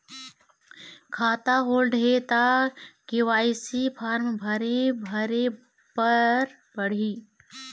खाता होल्ड हे ता के.वाई.सी फार्म भरे भरे बर पड़ही?